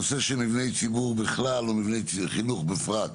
נושא של מבני ציבור בכלל ומבני חינוך בפרט.